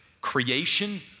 Creation